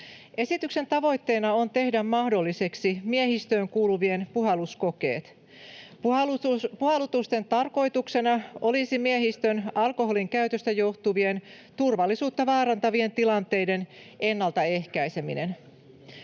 Esityksen tavoitteena on tehdä mahdolliseksi miehistöön kuuluvien puhalluskokeet. Puhallutusten tarkoituksena olisi miehistön alkoholinkäytöstä johtuvien turvallisuutta vaarantavien tilanteiden ennaltaehkäiseminen.